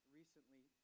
recently